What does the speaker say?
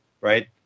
right